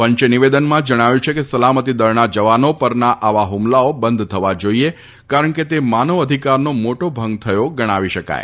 પંચે નિવેદનમાં જણાવ્યું છે કે સલામતી દળના જવાનો પરના આવા હુમલાઓ બંધ થવા જોઇએ કારણ કે તે માનવ અધિકારનો મોટો ભંગ થયો ગણાવી શકાય